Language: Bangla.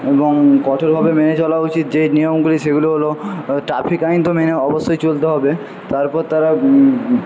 এবং কঠোরভাবে মেনে চলা উচিত যে নিয়মগুলি সেগুলো হল ট্রাফিক আইন তো মেনে অবশ্যই চলতে হবে তারপর তারা